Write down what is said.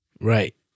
Right